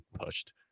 pushed